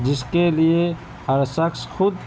جس کے لیے ہر شخص خود